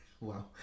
Wow